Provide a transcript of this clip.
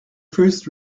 first